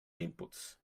inputs